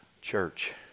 Church